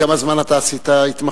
כמה זמן אתה עשית התמחות?